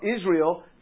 Israel